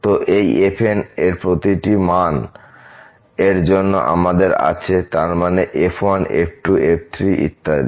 তো এই fn এর প্রতিটি মান এর জন্য আমাদের আছে তার মানে f1f2f3 ইত্যাদি